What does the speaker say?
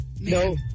No